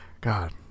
God